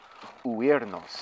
huirnos